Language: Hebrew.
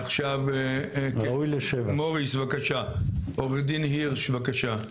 עכשיו מוריס בבקשה, עורך דין הירש בבקשה.